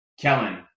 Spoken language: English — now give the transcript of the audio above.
Kellen